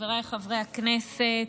חבריי חברי הכנסת,